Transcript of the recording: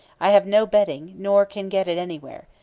i have no bedding, nor can get it anywhere.